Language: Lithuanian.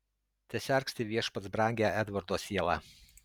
tesergsti viešpats brangią edvardo sielą